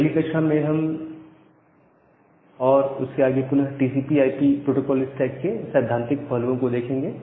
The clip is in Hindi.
अगली कक्षा में और उसके आगे हम पुनः टीसीपी आईपी प्रोटोकोल स्टैक के सैद्धांतिक पहलुओं को देखेंगे